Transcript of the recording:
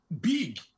big